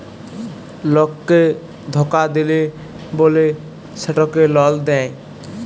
লককে ধকা দিল্যে বল্যে সেটকে লল দেঁয়